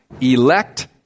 elect